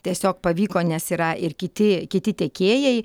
tiesiog pavyko nes yra ir kiti kiti tiekėjai